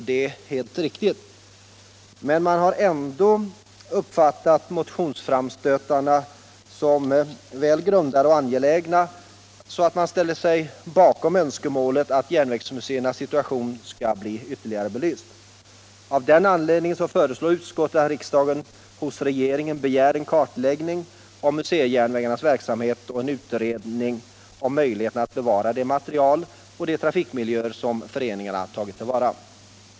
Men utskottet har ändå uppfattat motionsframstötarna som så väl grundade och angelägna att man ställer sig bakom önskemålet att järnvägsmuseernas situation skall bli ytterligare belyst. Av den anledningen föreslår utskottet att riksdagen skall hos regeringen begära en kartläggning av museeijärnvägarnas verksamhet och en utredning om möjligheterna att bevara den materiel och de trafikmiljöer som föreningarna tagit till vara.